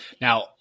Now